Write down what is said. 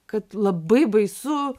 kad labai baisu